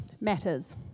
matters